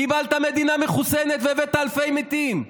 קיבלת מדינה מחוסנת והבאת אלפי מתים.